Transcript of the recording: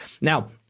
Now